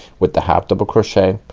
with the half double crochet,